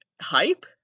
hype